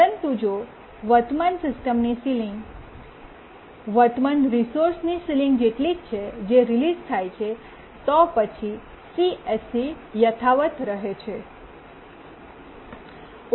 પરંતુ જો વર્તમાન સિસ્ટમની સીલીંગ વર્તમાન રિસોર્સની સીલીંગ જેટલી જ છે જે રિલીસ થાય છે તો પછી CSC યથાવત રહે છે